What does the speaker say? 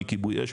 מכיבוי אש,